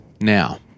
Now